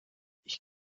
ich